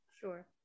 Sure